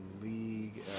league